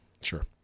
sure